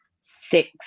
six